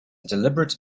deliberate